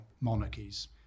monarchies